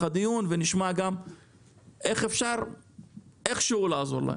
הדיון ונשמע איך אפשר איכשהו לעזור להם.